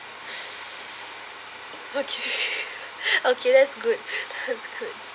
okay okay that's good that's good